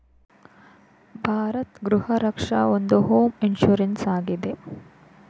ಭಾರತ್ ಗೃಹ ರಕ್ಷ ಒಂದು home insurance ಆಗಿದೆ